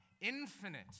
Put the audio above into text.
infinite